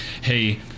hey